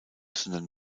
sondern